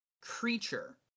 creature